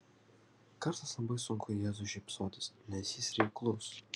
kartais labai sunku jėzui šypsotis nes jis reiklus